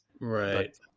Right